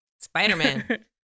Spider-Man